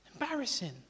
Embarrassing